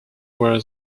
where